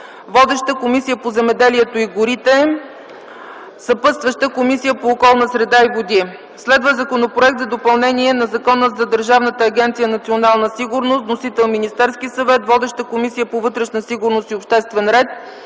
Водеща е Комисията по земеделието и горите. Съпътстваща е Комисията по околната среда и водите. Законопроект за допълнение на Закона за Държавна агенция „Национална сигурност”. Вносител е Министерският съвет. Водеща е Комисията по вътрешна сигурност и обществен ред.